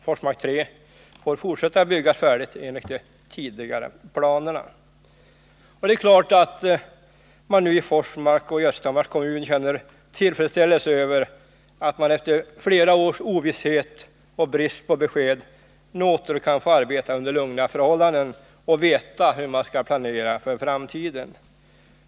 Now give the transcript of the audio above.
Forsmark 3 får fortsätta att byggas färdigt enligt de tidigare planerna. Det är klart att man i Forsmark och i Östhammars kommun känner tillfredsställelse över att man efter flera års ovisshet och brist på besked nu åter kan få arbeta under lugna förhållanden och veta hur man skall planera för framtiden.